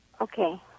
Okay